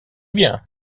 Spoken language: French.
bien